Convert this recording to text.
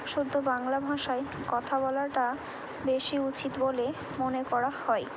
শুদ্ধ বাংলা ভাষায় কথা বলাটা বেশি উচিত বলে মনে করা হয়